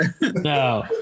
no